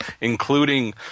including